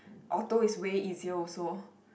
auto is way easier also